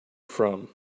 from